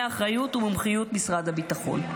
האחריות והמומחיות של משרד הביטחון".